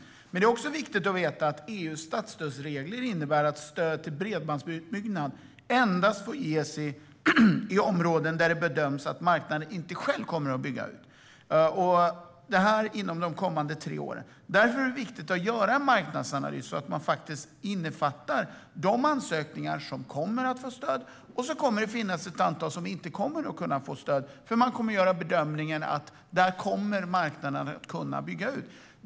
Men det är också viktigt att veta att EU:s statsstödsregler innebär att stöd till bredbandsutbyggnad endast får ges i områden där det bedöms att marknaden inte själv kommer att bygga ut inom de kommande tre åren. Därför är det viktigt att göra en marknadsanalys. Det kommer att finnas ansökningar som inte kommer att få stöd, för man kommer att göra bedömningen att marknaden kommer att kunna bygga ut.